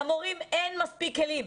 למורים אין מספיק כלים.